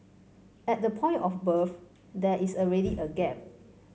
at the point of birth there is already a gap